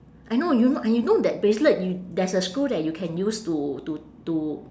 I know you know I know that bracelet y~ there's a screw that you can use to to to